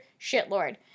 Shitlord